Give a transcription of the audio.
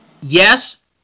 yes